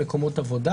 על מקומות עבודה.